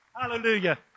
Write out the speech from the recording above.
hallelujah